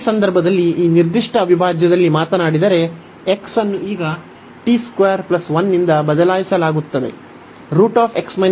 ಈ ಸಂದರ್ಭದಲ್ಲಿ ಈ ನಿರ್ದಿಷ್ಟ ಅವಿಭಾಜ್ಯದಲ್ಲಿ ಮಾತನಾಡಿದರೆ x ಅನ್ನು ಈಗ ನಿಂದ ಬದಲಾಯಿಸಲಾಗುತ್ತದೆ